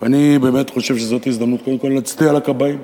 אני באמת חושב שזאת הזדמנות להצדיע לכבאים.